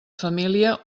família